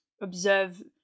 observe